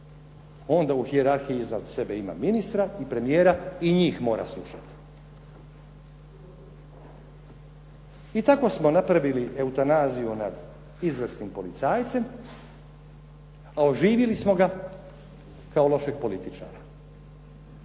Onda u hijerarhiji iznad sebe ima ministra i premijera i njih mora slušati. I tako smo napravili eutanaziju nad izvrsnim policajcem, a oživjeli smo ga kao lošeg političara.